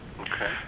Okay